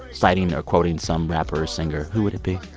citing or quoting some rapper or singer, who would it be?